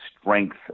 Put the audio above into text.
strength